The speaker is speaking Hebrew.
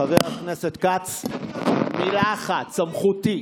חבר הכנסת כץ, מילה אחת: סמכותי.